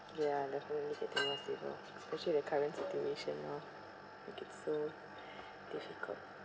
ya definitely getting more se~ especially the current situation lah make it so difficult